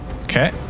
Okay